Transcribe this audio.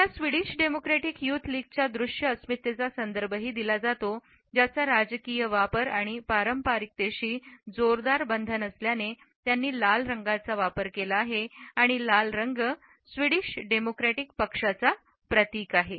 तिला Swedish democratic youth लीगच्या दृश्य अस्मितेचा संदर्भही दिला जातो ज्याचा राजकीय वापर आणि पारंपारिकतेशी जोरदार बंधन असल्याने त्यांनी लाल रंगाचा वापर केला आहे लाल रंग स्वीडिश डेमोक्रॅटिक पक्षाचा प्रतीक आहे